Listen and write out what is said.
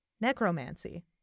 necromancy